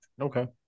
okay